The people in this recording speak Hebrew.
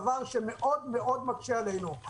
דבר שמאוד מאוד מקשה עלינו.